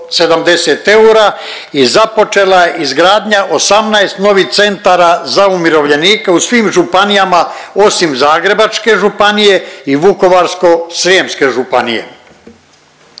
i započela je izgradnja 18 novih centara za umirovljenike u svim županijama osim Zagrebačke županije i Vukovarsko-srijemske županije.